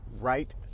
right